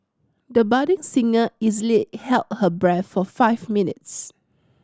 the budding singer easily held her breath for five minutes